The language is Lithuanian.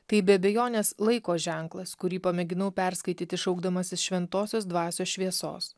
tai be abejonės laiko ženklas kurį pamėginau perskaityti šaukdamasis šventosios dvasios šviesos